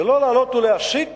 ולא לעלות ולהסית